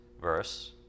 verse